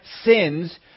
sins